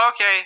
Okay